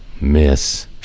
Miss